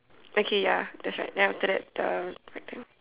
okay ya that's right then after that the rectangle